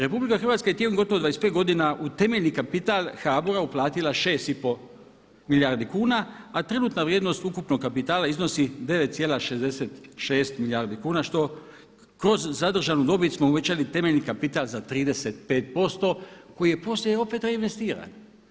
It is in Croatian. RH je tijekom gotovo 25 godina u temeljni kapital HBOR-a uplatila 6,5 milijardi kuna, a trenutna vrijednost ukupnog kapitala iznosi 9,66 milijardi kuna što kroz zadržanu dobit smo uvećali kapital za 35% koji je poslije opet reinvestiran.